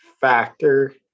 factor